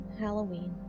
Halloween